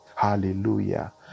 Hallelujah